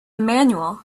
manual